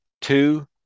Two